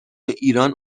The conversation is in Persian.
ایران